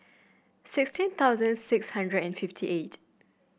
sixteen thousand six hundred and fifty eight